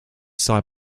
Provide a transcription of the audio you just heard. side